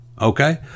okay